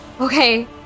Okay